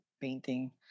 painting